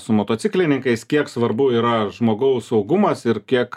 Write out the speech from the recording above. su motociklininkais kiek svarbu yra žmogaus saugumas ir kiek